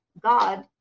God